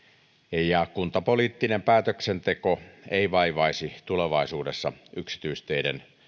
ja kuntapoliittinen päätöksenteko ei vaivaisi tulevaisuudessa yksityisteiden